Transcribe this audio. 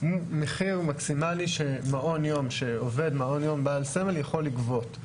הוא מחיר מקסימלי שמעון יום בעל סמל יכול לגבות.